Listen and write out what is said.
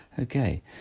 okay